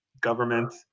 government